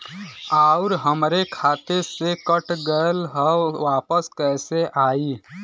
आऊर हमरे खाते से कट गैल ह वापस कैसे आई?